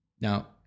now